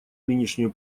нынешнюю